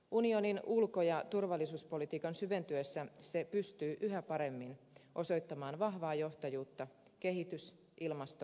unionin ulko ja turvallisuuspolitiikan syventyessä unioni pystyy yhä paremmin osoittamaan vahvaa johtajuutta kehitys ilmasto ja turvallisuuspolitiikassa